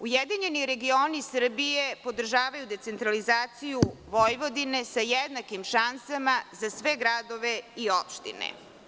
Ujedinjeni regioni Srbije podržavaju decentralizaciju Vojvodine sa jednakim šansama za sve gradove i opštine.